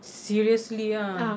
seriously ah